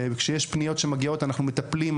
כשמגיעות פניות אנחנו מטפלים בהן,